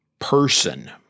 person